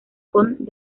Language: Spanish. con